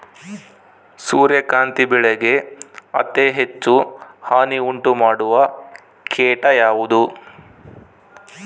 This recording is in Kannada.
ಸೂರ್ಯಕಾಂತಿ ಬೆಳೆಗೆ ಅತೇ ಹೆಚ್ಚು ಹಾನಿ ಉಂಟು ಮಾಡುವ ಕೇಟ ಯಾವುದು?